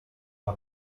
mal